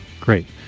Great